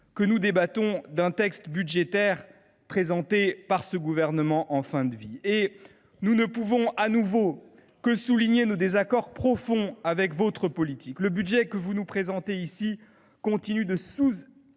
que nous débattons d’un texte budgétaire présenté par ce gouvernement en fin de vie. Et nous ne pouvons de nouveau que souligner nos désaccords profonds avec votre politique. Le budget que vous nous présentez continue de sous